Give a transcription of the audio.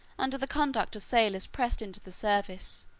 under the conduct of sailors pressed into the service,